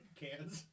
cans